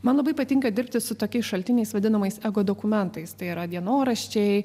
man labai patinka dirbti su tokiais šaltiniais vadinamais ego dokumentais tai yra dienoraščiai